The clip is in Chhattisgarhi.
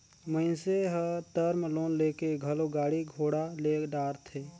मइनसे हर टर्म लोन लेके घलो गाड़ी घोड़ा ले डारथे